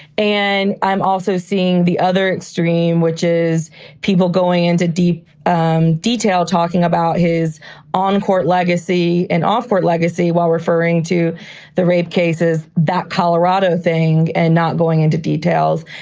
and i'm also seeing the other extreme, which is people going into deep um detail, talking about his on-court legacy and ofthought legacy while referring to the rape cases, that colorado thing and not going into details.